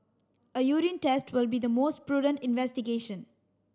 a urine test would be the most prudent investigation